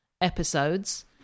episodes